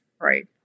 right